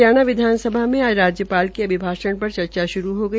हरियाणा विधानसभा में आज राजयपाल के अभिभाषण पर चर्चा श्रू हो गई